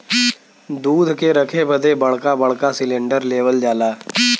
दूध के रखे बदे बड़का बड़का सिलेन्डर लेवल जाला